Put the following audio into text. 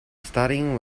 starting